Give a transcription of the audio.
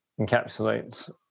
encapsulates